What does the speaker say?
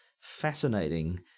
fascinating